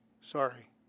Sorry